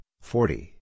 forty